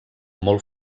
molt